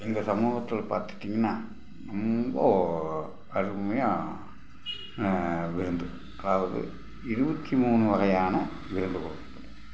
எங்கள் சமூகத்தில் பார்த்துட்டீங்கன்னா ரொம்ப அருமையாக விருந்து அதாவது இருபத்தி மூணு வகையான விருந்துக் கொடுக்கப்படும்